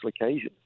occasion